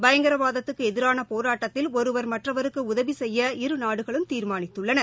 பயங்கரவாதத்துக்கு எதிரான போராட்டத்தில் ஒருவர் மற்றவருக்கு உதவி செய்ய இரு நாடுகளும் தீர்மானித்துள்ளன